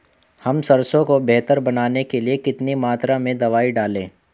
हम सरसों को बेहतर बनाने के लिए कितनी मात्रा में दवाई डालें?